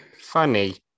funny